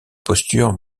posture